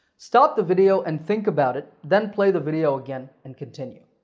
stop the video and think about it, then play the video again and continue.